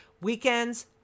Weekend's